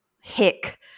hick